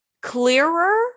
clearer